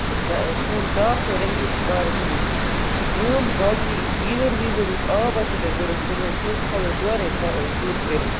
دَپ سون سِٹاف کَرِ اَمہِ کِس بارس منٛز کٲم باقٕے گیٖزر ویٖزر یُس آب آسوٕ تۅہہِ ضروٗرت صُبحٲے سُہ حظ کھالو أسۍ یورے توٚت کٔرِتھ